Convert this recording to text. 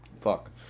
Fuck